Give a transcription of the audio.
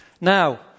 Now